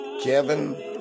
Kevin